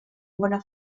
bona